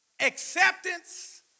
Acceptance